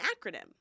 acronym